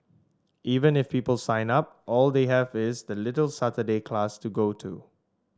even if people sign up all they have is this little Saturday class to go to